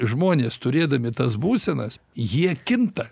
žmonės turėdami tas būsenas jie kinta